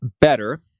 better